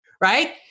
right